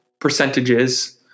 percentages